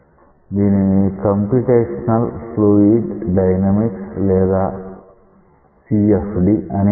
దీనిని computational fluid dynamics లేదా CFD అని అంటాము